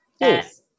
Yes